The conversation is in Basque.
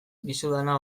dizudana